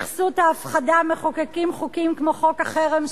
בכסות ההפחדה מחוקקים חוקים כמו חוק החרם,